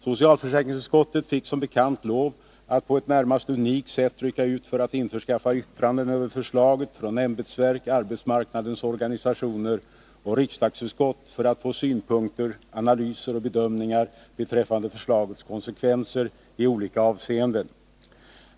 Socialförsäkringsutskottet fick som bekant lov att på ett närmast unikt sätt rycka ut för att införskaffa yttranden över förslaget från ämbetsverk, arbetsmarknadens organisationer och riksdagsutskott för att få synpunkter, analyser och bedömningar beträffande förslagets konsekvenser i olika avseenden.